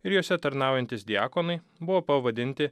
ir jose tarnaujantys diakonai buvo pavadinti